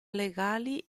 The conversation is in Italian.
legali